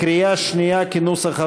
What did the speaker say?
כנוסח הוועדה,